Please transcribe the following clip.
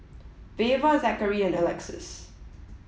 Veva Zackery and Alexys